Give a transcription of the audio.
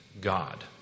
God